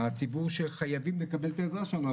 הציבור שחייבים לקבל את העזרה שלנו.